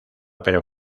pero